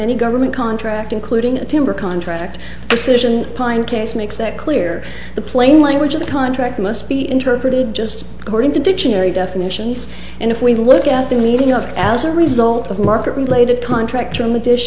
any government contract including a timber contract decision pine case makes that clear the plain language of the contract must be interpreted just going to dictionary definitions and if we look at the meaning of as a result of market related contract a